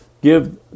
give